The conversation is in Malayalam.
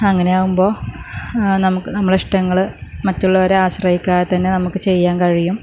അങ്ങനെ ആകുമ്പോൾ നമുക്ക് നമ്മുടെ ഇഷ്ടങ്ങള് മറ്റുള്ളവരെ ആശ്രയിക്കാതെ തന്നെ നമുക്ക് ചെയ്യാൻ കഴിയും